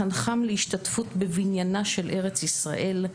לחנכם להשתתפות בבניינה של ארץ ישראל,